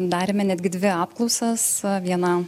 darėme netgi dvi apklausas vieną